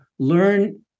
Learn